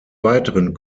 weiteren